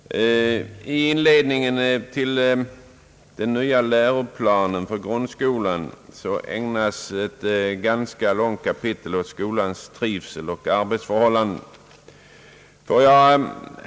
Herr talman! I inledningen till den nya läroplanen för grundskolan ägnas ett ganska långt kapitel åt trivseln och arbetsförhållandena i skolan.